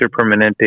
Permanente